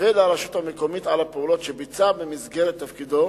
ולרשות המקומית על הפעולות שביצע במסגרת תפקידו,